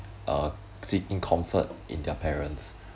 uh seeking comfort in their parents